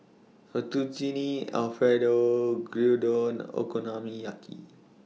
Fettuccine Alfredo Gyudon Okonomiyaki